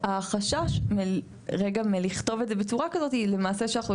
החשש מלכתוב את זה בצורה כזאת היא שאנחנו למעשה